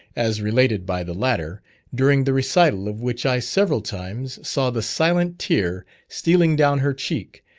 as related by the latter during the recital of which i several times saw the silent tear stealing down her cheek,